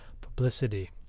Publicity